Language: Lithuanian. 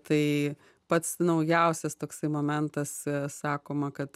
tai pats naujausias toksai momentas sakoma kad